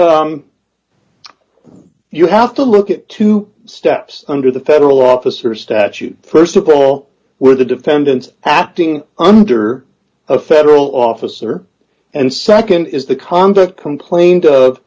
so you have to look at two steps under the federal officers statute st of all where the defendants acting under a federal officer and nd is the conduct complained of